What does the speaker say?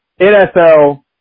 NFL